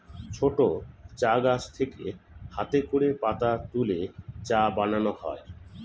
ছোট চা গাছ থেকে হাতে করে পাতা তুলে চা বানানো হয়